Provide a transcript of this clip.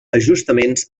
ajustaments